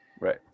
right